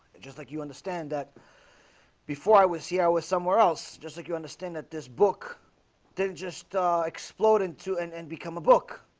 just like you understand that before i would see i was somewhere else just like you understand that this book then just explode into and and become a book